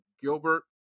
Gilbert